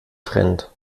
trend